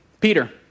Peter